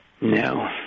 No